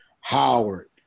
Howard